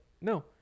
no